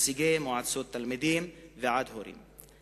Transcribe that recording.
נציגי מועצות תלמידים וועד הורים.